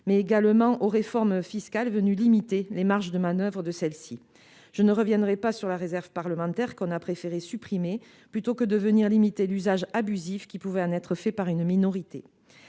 mais aussi à une réforme fiscale venue limiter les marges de manoeuvre de celles-ci. Je ne reviendrai pas sur la réserve parlementaire qu'on a préféré supprimer plutôt que de venir limiter l'usage abusif qui pouvait en être fait par une minorité.